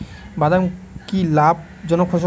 বাদাম কি লাভ জনক ফসল?